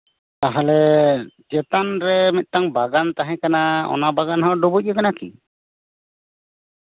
ᱛᱟᱦᱚᱞᱮ ᱪᱮᱛᱟᱱᱨᱮ ᱢᱤᱫᱴᱟᱱ ᱵᱟᱜᱟᱱ ᱛᱟᱦᱮᱸ ᱠᱟᱱᱟ ᱚᱱᱟ ᱵᱟᱜᱟᱱ ᱦᱚᱸ ᱰᱩᱵᱩᱡ ᱟᱱᱟ ᱠᱤ